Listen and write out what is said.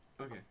okay